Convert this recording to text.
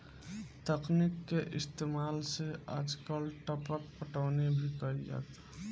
तकनीक के इस्तेमाल से आजकल टपक पटौनी भी कईल जाता